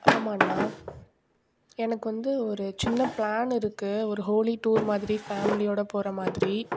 ஆமாண்ணா எனக்கு வந்து ஒரு சின்ன பிளான் இருக்குது ஒரு ஹோலி டூர் மாதிரி ஃபேம்லியோடு போகிற மாதிரி